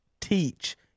teach